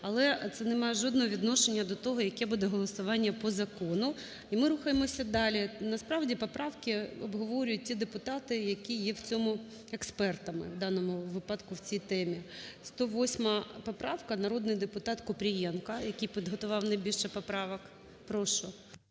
Але це не має жодного відношення до того, яке буде голосування по закону. І ми рухаємося далі. Насправді поправки обговорюють ті депутати, які є у цьому експертами, у даному випадку у цій темі. 108 поправка, народний депутатКупрієнко, який підготував найбільше поправок. Прошу.